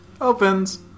Opens